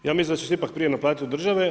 Ja mislim da će se ipak prije naplatiti od države.